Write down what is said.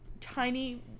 tiny